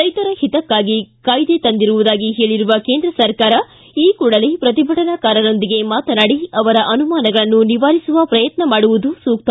ರೈತರ ಹಿತಕ್ಕಾಗಿ ಕಾಯ್ದೆ ತಂದಿರುವುದಾಗಿ ಹೇಳಿರುವ ಕೇಂದ್ರ ಸರ್ಕಾರ ಕೂಡಲೇ ಪ್ರತಿಭಟನಾಕಾರರೊಂದಿಗೆ ಮಾತನಾಡಿ ಅವರ ಅನುಮಾನಗಳನ್ನು ನಿವಾರಿಸುವ ಶ್ರಯತ್ನ ಮಾಡುವುದು ಸೂಕ್ತ